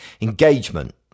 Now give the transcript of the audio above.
Engagement